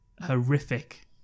horrific